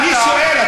אני שואל,